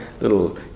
little